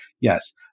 Yes